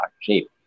shape